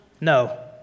No